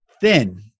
thin